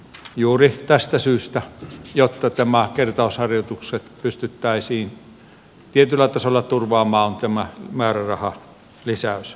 juuri tästä syystä jotta nämä kertausharjoitukset pystyttäisiin tietyllä tasolla turvaamaan on tämä määrärahalisäys